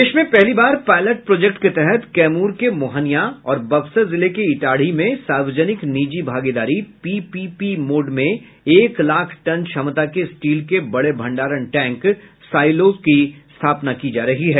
देश में पहली बार पायलट प्रोजेक्ट के तहत कैमूर के मोहिनियां और बक्सर जिले के इटाढ़ी में सार्वजनिक निजी भागीदारी पीपीपी मोड में एक लाख टन क्षमता के स्टील के बड़े भण्डारण टैंक साइलोज की स्थापना की जा रही है